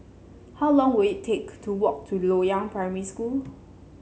how long will it take to walk to Loyang Primary School